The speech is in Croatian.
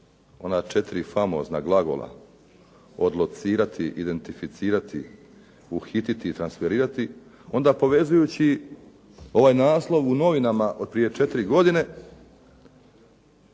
ona četiri famozna glagola odlocirati, identificirati, uhititi i transferirati, onda povezujući ovaj naslov u novinama od prije četiri godine,